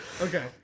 Okay